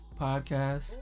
podcast